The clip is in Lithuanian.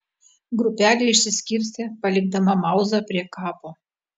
grupelė išsiskirstė palikdama mauzą prie kapo